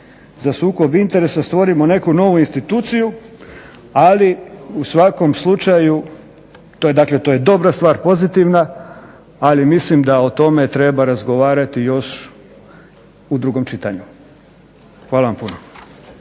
za sukob interesa stvorimo neku novu instituciju, ali u svakom slučaju, to je dakle to je dobra stvar, pozitivna, ali mislim da o tome treba razgovarati još u drugom čitanju. Hvala vam puno.